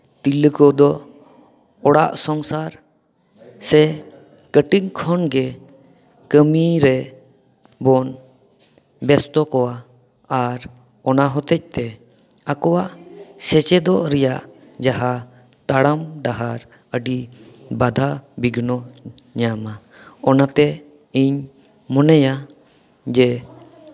ᱛᱤᱨᱞᱟᱹ ᱠᱚᱫᱚ ᱚᱲᱟᱜ ᱥᱚᱝᱥᱟᱨ ᱥᱮ ᱠᱟᱹᱴᱤᱡ ᱠᱷᱚᱱ ᱜᱮ ᱠᱟᱹᱢᱤ ᱨᱮ ᱵᱚᱱ ᱵᱮᱥᱛᱚ ᱠᱚᱣᱟ ᱟᱨ ᱚᱱᱟ ᱦᱚᱛᱮᱫ ᱛᱮ ᱟᱠᱚᱣᱟᱜ ᱥᱮᱪᱮᱫᱚᱜ ᱨᱮᱭᱟᱜ ᱡᱟᱦᱟᱸ ᱛᱟᱲᱟᱢ ᱰᱟᱦᱟᱨ ᱟᱹᱰᱤ ᱵᱟᱫᱷᱟ ᱵᱤᱜᱷᱱᱱᱚᱭ ᱧᱟᱢᱼᱟ ᱚᱱᱟᱛᱮ ᱤᱧ ᱢᱚᱱᱮᱭᱟ ᱡᱮ